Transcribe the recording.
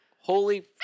Holy